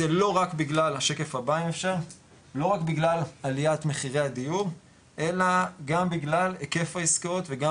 זה לא רק בגלל עליית מחירי הדיור אלא גם בגלל היקף העסקאות וגם